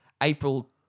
April